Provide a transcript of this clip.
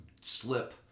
slip